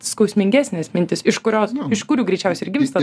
skausmingesnės mintys iš kurios iš kurių greičiausiai ir gimsta